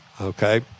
Okay